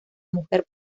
mujer